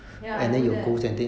ya I do that